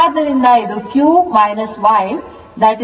ಆದ್ದರಿಂದ ಇದು q y 26 11